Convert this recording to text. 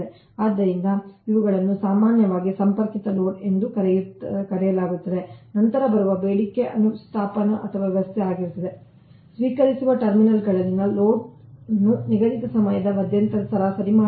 ಆದ್ದರಿಂದ ಇವುಗಳನ್ನು ಸಾಮಾನ್ಯವಾಗಿ ಸಂಪರ್ಕಿತ ಲೋಡ್ ಎಂದು ಕರೆಯಲಾಗುತ್ತದೆ ನಂತರ ಬರುವ ಬೇಡಿಕೆ ಅನುಸ್ಥಾಪನ ಅಥವಾ ವ್ಯವಸ್ಥೆ ಆಗಿರುತ್ತದೆ ಸ್ವೀಕರಿಸುವ ಟರ್ಮಿನಲ್ಗಳಲ್ಲಿನ ಲೋಡ್ನ್ನು ನಿಗದಿತ ಸಮಯದ ಮಧ್ಯಂತರದಲ್ಲಿ ಸರಾಸರಿ ಮಾಡಬಹುದು